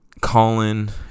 Colin